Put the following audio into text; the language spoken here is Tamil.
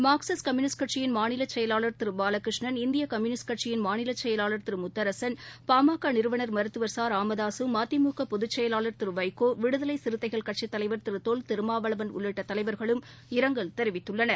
மார்க்சிஸ்ட் கம்யுளிஸ்ட் கட்சியின் மாநில செயலாளர் திரு பாலகிருஷ்ணன் இந்திய கம்யுனிஸ்ட் கட்சியின் மாநில செயலாளர் திரு முத்தரசன் பாமக நிறுவனர் மருத்துவர் ச ராமதாக மதிமுக பொதுச்செயவாள் திரு வைகோ விடுதலை சிறுத்தைகள் கட்சித் தலைவா் திரு தொல் திருமாவளவன் உள்ளிட்ட தலைவர்களும் இரங்கல் தெரிவித்துள்ளனர்